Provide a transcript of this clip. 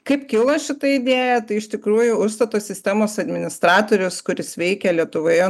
kaip kilo šita idėja tai iš tikrųjų užstato sistemos administratorius kuris veikia lietuvoje